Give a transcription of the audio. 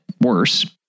worse